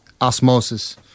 osmosis